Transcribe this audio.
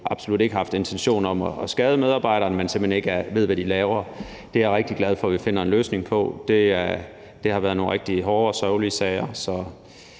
absolut ikke har haft intentioner om at skade medarbejderne, men simpelt hen ikke ved, hvad de laver. Det er jeg rigtig glad for at vi finder en løsning på. Det har været nogle rigtig hårde og sørgelige sager.